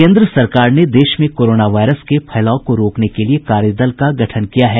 केन्द्र सरकार ने देश में कोरोना वायरस के फैलाव को रोकने के लिए कार्यदल का गठन किया है